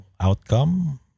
outcome